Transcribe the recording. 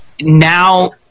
now